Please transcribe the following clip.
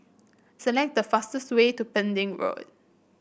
select the fastest way to Pending Road